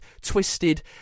twisted